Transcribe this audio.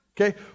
okay